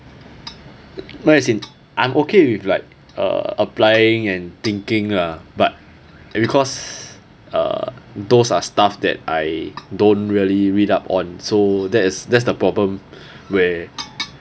no is in I'm okay with like uh applying and thinking lah but because uh those are stuff that I don't really read up on so that is that's the problem where